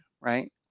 right